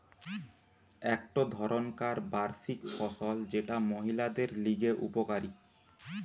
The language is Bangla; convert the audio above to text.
একটো ধরণকার বার্ষিক ফসল যেটা মহিলাদের লিগে উপকারী